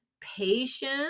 patience